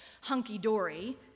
hunky-dory